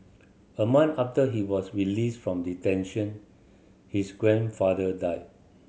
a month after he was released from detention his grandfather died